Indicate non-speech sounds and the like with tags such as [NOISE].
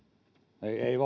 ei [UNINTELLIGIBLE]